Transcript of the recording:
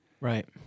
Right